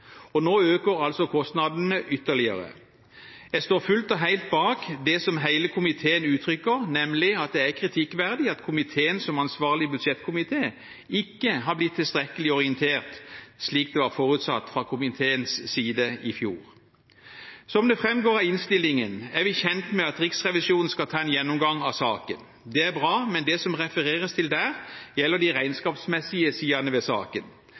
og nå øker altså kostnadene ytterligere. Jeg står fullt og helt bak det som hele komiteen uttrykker, nemlig at det er kritikkverdig at komiteen, som ansvarlig budsjettkomité, ikke har blitt tilstrekkelig orientert, slik det var forutsatt fra komiteens side i fjor. Som det framgår av innstillingen, er vi kjent med at Riksrevisjonen skal ta en gjennomgang av saken. Det er bra, men det som det refereres til der, gjelder de regnskapsmessige sidene ved saken.